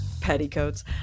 Petticoats